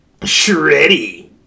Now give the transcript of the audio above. Shreddy